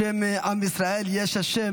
בשם עם ישראל יש השם,